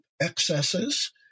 excesses